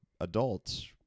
adults